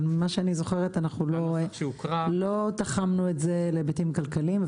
אבל ממה שאני זוכרת לא תחמנו את זה להיבטים כלכליים.